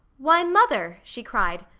why, mother! she cried.